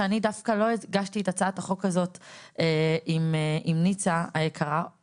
שאני דווקא לא הגשתי את הצעת החוק הזאת עם ניצה היקרה,